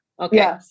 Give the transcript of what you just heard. Okay